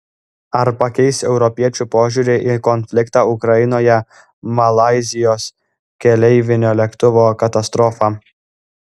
ar pakeis europiečių požiūrį į konfliktą ukrainoje malaizijos keleivinio lėktuvo katastrofa